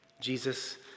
Jesus